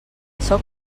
sóc